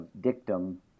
dictum